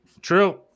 True